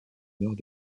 nord